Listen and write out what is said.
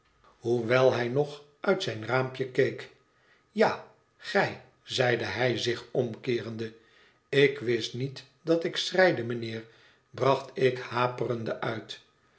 hoewel hij nog uit zijn raampje keek ja gij zeide hij zich omkeerende ik wist niet dat ik schreide mijnheer bracht ik haperende uit